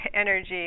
energy